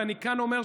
ואני כאן אומר,